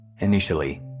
Initially